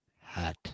hat